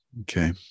okay